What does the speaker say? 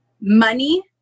money